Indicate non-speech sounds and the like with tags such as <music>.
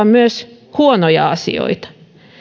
<unintelligible> myös huonoja asioita